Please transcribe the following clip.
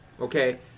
okay